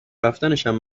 رفتنشم